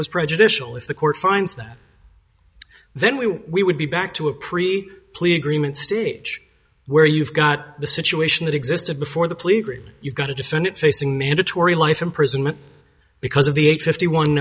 was prejudicial if the court finds that then we we would be back to a pre plea agreement stage where you've got the situation that existed before the police you've got a defendant facing mandatory life imprisonment because of the age fifty one